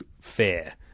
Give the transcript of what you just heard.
fair